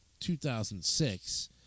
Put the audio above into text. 2006